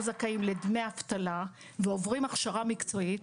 זכאים לדמי אבטלה ועוברים הכשרה מקצועית,